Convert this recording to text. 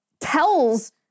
tells